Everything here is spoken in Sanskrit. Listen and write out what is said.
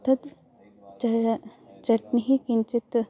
तद् च चट्निः किञ्चित्